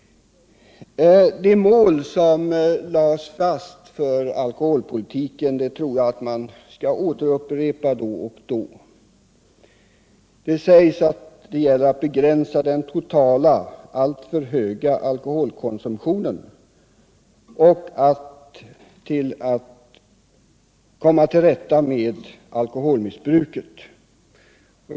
Jag tror att man skall upprepa då och då de mål som uppställdes för alkoholpolitiken. Det sägs att det gäller att begränsa den totala alltför höga alkoholkonsumtionen och att komma till rätta med alkoholmissbruket.